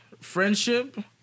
friendship